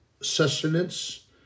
sustenance